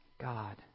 God